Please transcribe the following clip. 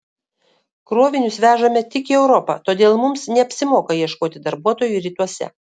krovinius vežame tik į europą todėl mums neapsimoka ieškoti darbuotojų rytuose